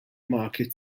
market